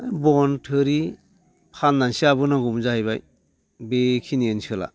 बन थोरि फाननानैसो जाबोनांगौमोन जाहैबाय बेखिनि ओनसोला